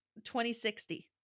2060